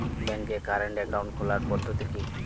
ব্যাংকে current account খোলার পদ্ধতি কি?